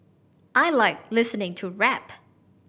I like listening to rap